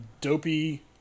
dopey